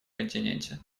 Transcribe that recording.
континенте